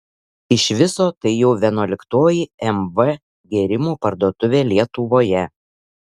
iš viso tai jau vienuoliktoji mv gėrimų parduotuvė lietuvoje